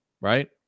right